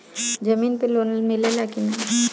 जमीन पे लोन मिले ला की ना?